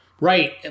Right